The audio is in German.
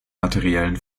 materiellen